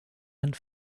and